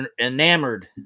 enamored